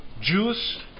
Jews